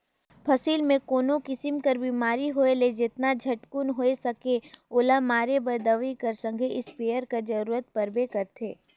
फसिल मे कोनो किसिम कर बेमारी होए ले जेतना झटकुन होए सके ओला मारे बर दवई कर संघे इस्पेयर कर जरूरत परबे करथे